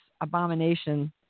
abomination